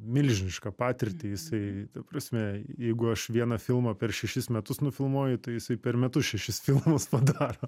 milžinišką patirtį jisai ta prasme jeigu aš vieną filmą per šešis metus nufilmuoju tai jisai per metus šešis filmus padaro